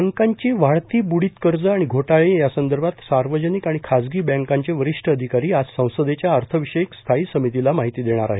बँकांची वाढती बुडीत कर्ज आणि घोटाळे यासंदर्भात सार्वजनिक आणि खाजगी बँकांचे वरिष्ठ अधिकारी आज संसदेच्या अर्थविषयक स्थायी समितीला माहिती देणार आहेत